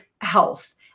health